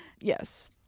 yes